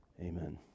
Amen